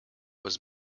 was